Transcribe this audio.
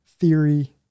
theory